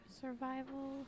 survival